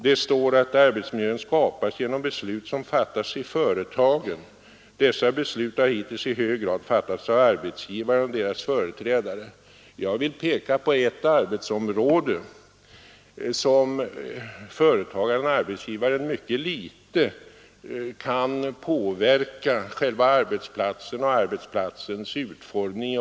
Det står att arbetsmiljön skapas genom beslut som fattas i företagen och att dessa beslut hittills i hög grad har fattats av arbetsgivarna och deras företrädare. Jag vill peka på ett arbetsområde som företagaren-arbetsgivaren kan påverka mycket litet vad beträffar själva arbetsplatsen och dess utformning.